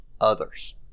others